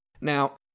Now